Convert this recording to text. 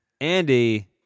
Andy